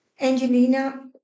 Angelina